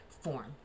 form